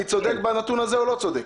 אני צודק בנתון הזה או לא צודק.